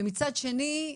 ומצד שני,